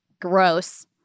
gross